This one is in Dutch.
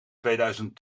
tweeduizend